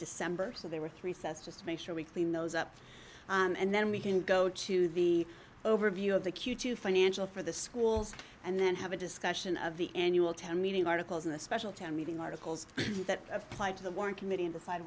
december so there were three sets just make sure we clean those up and then we can go to the overview of the q two financial for the schools and then have a discussion of the annual town meeting articles in the special town meeting articles that apply to the war in committee and decide